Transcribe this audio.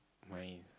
my